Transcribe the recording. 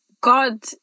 God